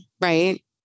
right